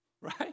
Right